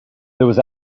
was